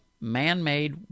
man-made